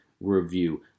review